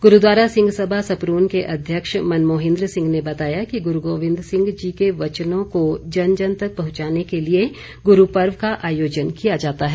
गुरूद्वारा सिंह सभा सपरून के अध्यक्ष मनमोहिन्द्र सिंह ने बताया कि गुरू गोविंद सिंह जी के वचनों को जन जन तक पहुंचाने के लिए गुरू पर्व का आयोजन किया जाता है